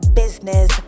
business